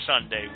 Sunday